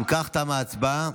אם כך, תמה ההצבעה.